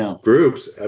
groups